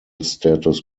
status